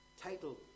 title